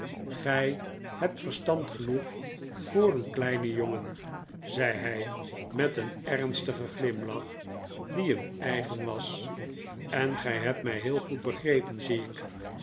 gij hebt verstand genoeg voor een kleinen jongen zei hij met een ernstigen glimlach die hem eigen was en gij hebt mij heel goed begrepen zie ik